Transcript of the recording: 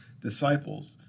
disciples